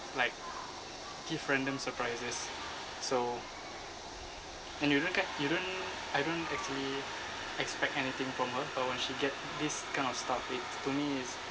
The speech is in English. like give random surprises so when you don't get you don't I don't actually expect anything from her but when she get this kind of stuff it to me is